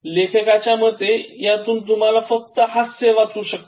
लेकखकाच्या मते यातून तुम्हाला फक्त हास्य वाचवू शकते